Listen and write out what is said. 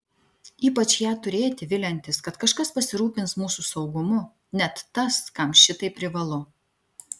ypač ją turėti viliantis kad kažkas pasirūpins mūsų saugumu net tas kam šitai privalu